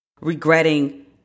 regretting